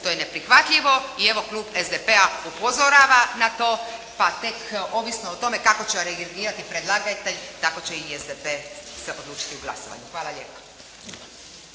To je neprihvatljivo. I evo klub SDP-a upozorava na to. Pa tek ovisno o tome kako će reagirati predlagatelj tako će i SDP se odlučiti o glasovanju. **Antunović,